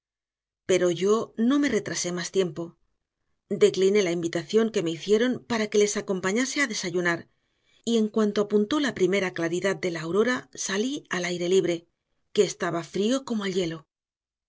pero yo no me retrasé más tiempo decliné la invitación que me hicieron para que les acompañase a desayunar y en cuanto apuntó la primera claridad de la aurora salí al aire libre que estaba frío como el hielo